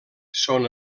són